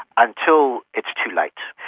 until it's too late,